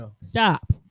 stop